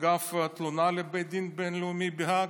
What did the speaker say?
אגב, תלונה לבית הדין הבין-לאומי בהאג?